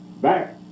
back